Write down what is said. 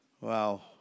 Wow